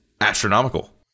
astronomical